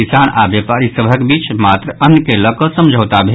किसान आओर व्यापारी सभक बीच मात्र अन्न के लऽ कऽ समझौत भेल